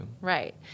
Right